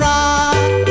Rock